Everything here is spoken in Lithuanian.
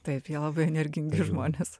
taip jie labai energingi žmonės